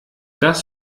das